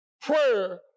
prayer